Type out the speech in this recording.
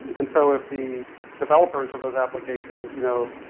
and so if the developers of those applications, you know,